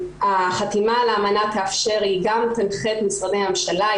החתימה על האמנה גם תנחה את משרדי הממשלה,